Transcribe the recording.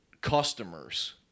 customers